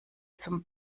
zum